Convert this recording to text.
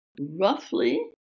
Roughly